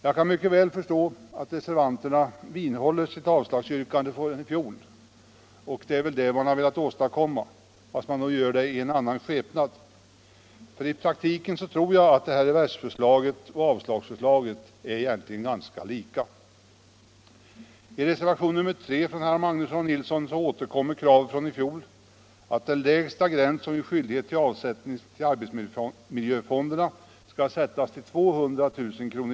Jag kan mycket väl förstå att reservanterna vidhåller sitt avslagsyrkande från i fjol — det är väl det man har velat åstadkomma, fast man nu gör det i en annan skepnad -— för i praktiken tror jag att reversförslaget och avslagsförslaget är ganska lika. I reservationen 3 från herrar Magnusson i Borås och Nilsson i Trobro återkommer kravet från i fjol på att den lägsta gräns som ger skyldighet till avsättning till arbetsmiljöfonderna skall sättas till 200 000 kr.